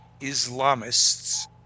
Islamists